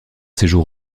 séjour